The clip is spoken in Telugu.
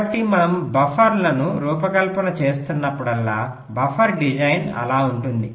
కాబట్టి మనము బఫర్లను రూపకల్పన చేస్తున్నప్పుడల్లా బఫర్ డిజైన్ అలా ఉంటుంది